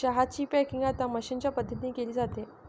चहा ची पॅकिंग आता मशीनच्या मदतीने केली जाते